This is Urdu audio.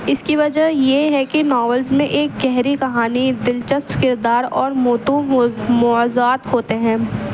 اس کی وجہ یہ ہے کہ ناولس میں ایک گہری کہانی دلچسپ کردار اور موضوعات ہوتے ہیں